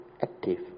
active